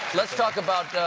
let's talk about